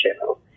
show